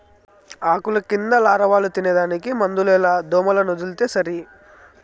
ఆకుల కింద లారవాలు తినేదానికి మందులేల దోమలనొదిలితే సరి